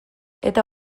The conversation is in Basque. eta